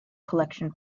collection